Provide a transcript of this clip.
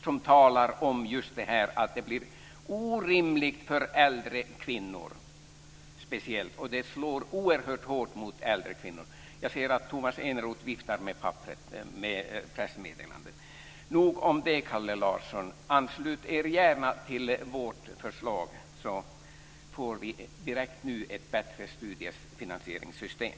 Där talar man just om att det blir orimligt för speciellt äldre kvinnor. Det slår oerhört hårt mot äldre kvinnor. Jag ser att Tomas Eneroth viftar med pressmeddelandet. Nog om det, Kalle Anslut er gärna till vårt förslag! Då får vi direkt ett bättre studiefinansieringssystem.